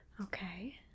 Okay